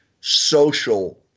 social